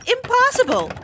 Impossible